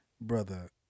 brother